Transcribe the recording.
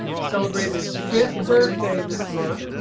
celebrated its fifth birthday this month.